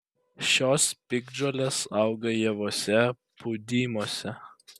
šios piktžolės auga javuose pūdymuose